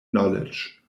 knowledge